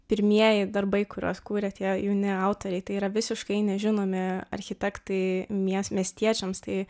pirmieji darbai kuriuos kūrė tie jauni autoriai tai yra visiškai nežinomi architektai mies miestiečiams tai